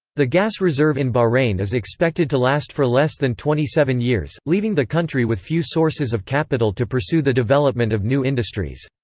the gas reserve in bahrain is expected to last for less than twenty seven years, leaving the country with few sources of capital to pursue the development of new industries.